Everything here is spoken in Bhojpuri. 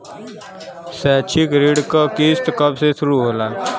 शैक्षिक ऋण क किस्त कब से शुरू होला?